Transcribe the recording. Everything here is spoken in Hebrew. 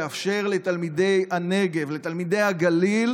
לאפשר לתלמידי הנגב ולתלמידי הגליל